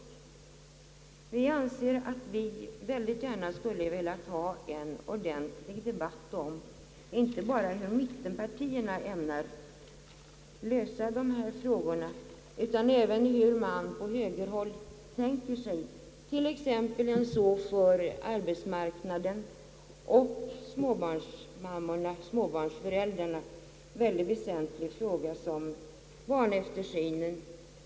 Vi skulle mycket gärna vilja ha en ordentlig debatt om inte bara hur mittenpartierna ämnar lösa dessa frågor utan även hur man på högerhåll tänker sig lösa exempelvis en för arbetsmarknaden och småbarnsföräldrarna så väsentlig fråga som barntillsynen.